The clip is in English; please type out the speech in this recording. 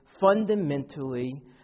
fundamentally